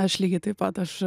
aš lygiai taip pat aš